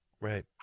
Right